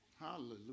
Hallelujah